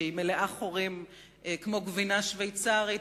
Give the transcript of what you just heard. שהיא מלאה חורים כמו גבינה שוויצרית,